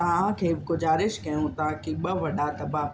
तव्हांखे गुज़ारिश कयूं था कि ॿ वॾा तमामु